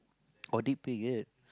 audit period